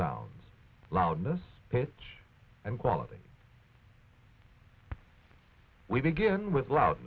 sounds loudness pitch and quality we begin with loud